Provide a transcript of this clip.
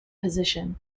position